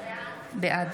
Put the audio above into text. בעד